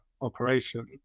operation